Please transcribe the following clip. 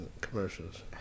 commercials